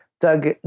Doug